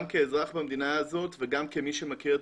גם כאזרח במדינה הזו וגם כמי שמכיר את